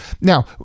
Now